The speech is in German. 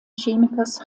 chemikers